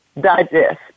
digest